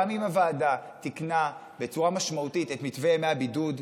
גם אם הוועדה תיקנה בצורה משמעותית את מתווה ימי הבידוד,